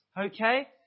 Okay